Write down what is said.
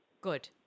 Good